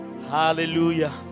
Hallelujah